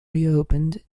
reopened